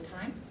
time